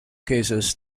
cases